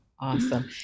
Awesome